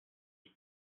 ont